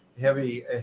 heavy